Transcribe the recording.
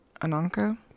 Ananka